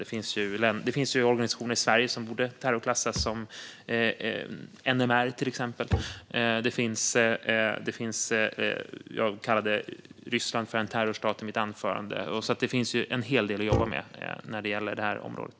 Det finns organisationer i Sverige som borde terrorklassas, till exempel NMR. Jag kallade Ryssland för en terrorstat i mitt anförande. Det finns alltså en hel del att jobba med när det gäller det här området.